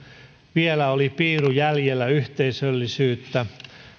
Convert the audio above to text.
vielä oli piiru jäljellä yhteisöllisyyttä